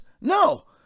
No